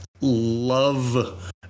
love